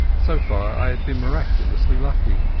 so far i had been miraculously lucky.